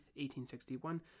1861